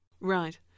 right